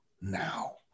now